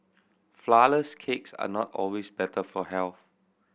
flourless cakes are not always better for health